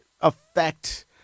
affect